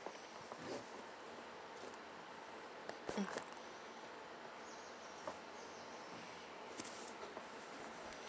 mm